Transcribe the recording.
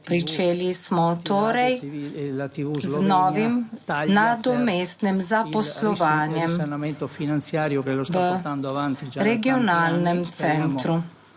Pričeli smo torej z novim nadomestnim zaposlovanjem v Regionalnem centru.